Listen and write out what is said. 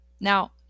Now